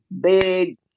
big